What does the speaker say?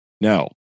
No